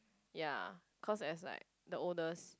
ya cause it's like the oldest